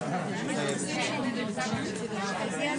ננעלה בשעה